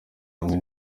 hamwe